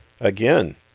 Again